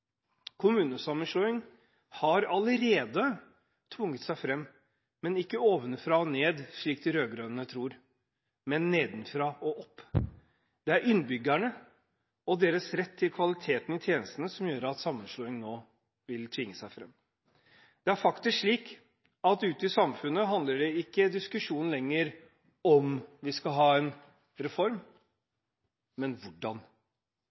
Kommunesammenslåing har allerede tvunget seg fram, men ikke ovenfra og ned, slik de rød-grønne tror, men nedenfra og opp. Det er innbyggerne og deres rett til kvaliteten i tjenestene som gjør at sammenslåing nå vil tvinge seg fram. Det er faktisk slik at ute i samfunnet handler ikke diskusjonen lenger om vi skal ha en reform, men hvordan.